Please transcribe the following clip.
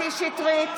שטרית,